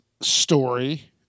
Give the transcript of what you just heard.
story